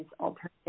alternative